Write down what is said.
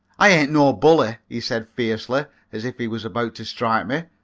i ain't no bully, he said fiercely, as if he was about to strike me.